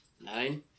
nine